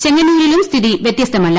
ചെങ്ങന്നൂരിലും സ്ഥിതി വൃത്യസ്തമല്ല